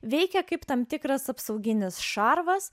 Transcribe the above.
veikia kaip tam tikras apsauginis šarvas